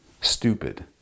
stupid